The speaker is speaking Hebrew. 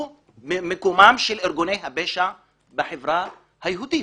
את מקומם של ארגוני הפשע בחברה היהודית